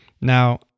Now